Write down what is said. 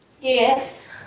yes